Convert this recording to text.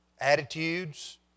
attitudes